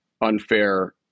unfair